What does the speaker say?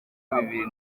bibiri